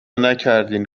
نکردین